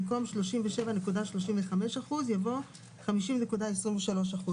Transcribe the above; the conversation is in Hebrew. במקום "37.75%" יבוא "50.23%".